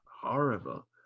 horrible